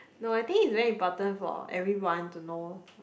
no I think is very important for everyone to know like